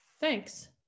Thanks